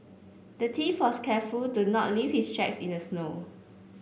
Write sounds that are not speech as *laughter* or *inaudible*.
the *unintelligible* was careful to not leave his tracks in the snow